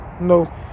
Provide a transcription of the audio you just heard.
No